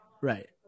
Right